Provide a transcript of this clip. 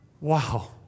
Wow